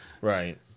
Right